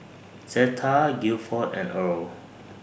Zetta Gilford and Earle